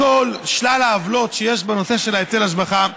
בכל שלל העוולות שיש בנושא של היטל השבחה,